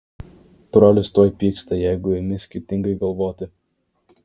brolis tuoj pyksta jeigu imi skirtingai galvoti